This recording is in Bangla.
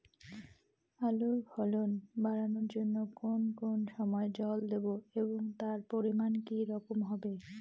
আলুর ফলন বাড়ানোর জন্য কোন কোন সময় জল দেব এবং তার পরিমান কি রকম হবে?